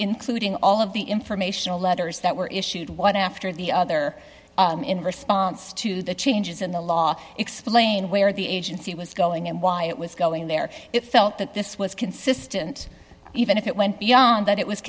including all of the informational letters that were issued one after the other in response to the changes in the law explain where the agency was going and why it was going there it felt that this was consistent even if it went beyond that it was